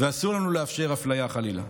ואסור לנו לאפשר אפליה חלילה.